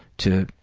to